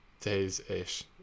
days-ish